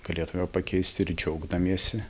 galėtume pakeisti ir džiaugdamiesi